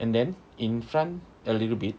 and then in front a little bit